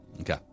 Okay